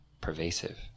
Pervasive